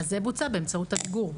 אז זה בוצע באמצעות המיגור.